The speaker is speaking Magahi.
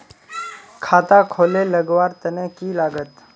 खाता खोले लगवार तने की लागत?